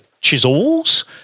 Chisels